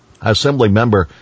Assemblymember